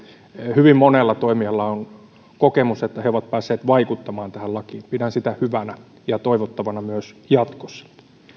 hyvin monella toimijalla on kokemus että he ovat päässeet vaikuttamaan tähän lakiin pidän sitä hyvänä ja toivottavana myös jatkossa